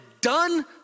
done